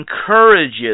encourages